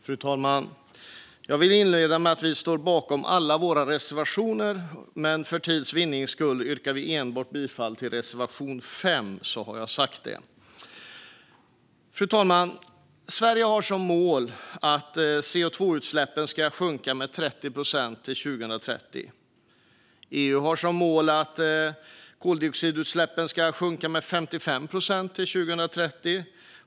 Fru talman! Jag vill inleda med att säga att vi står bakom alla våra reservationer men att vi för tids vinning yrkar bifall enbart till reservation 5. Fru talman! Sverige har som mål att CO2-utsläppen ska sjunka med 30 procent till 2030. EU har som mål att koldioxidutsläppen ska sjunka med 55 procent till 2030.